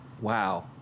Wow